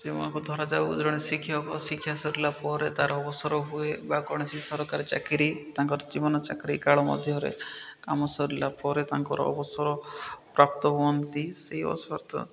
ସେମାନଙ୍କୁ ଧରାଯାଉ ଜଣେ ଶିକ୍ଷକ ଶିକ୍ଷା ସରିଲା ପରେ ତା'ର ଅବସର ହୁଏ ବା କୌଣସି ସରକାରୀ ଚାକିରୀ ତାଙ୍କର ଜୀବନ ଚାକିରୀ କାଳ ମଧ୍ୟରେ କାମ ସରିଲା ପରେ ତାଙ୍କର ଅବସର ପ୍ରାପ୍ତ ହୁଅନ୍ତି ସେଇ